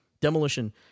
Demolition